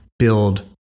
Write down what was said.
build